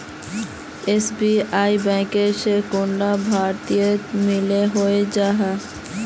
SBI bank से कैडा भागोत मिलोहो जाहा?